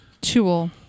Tool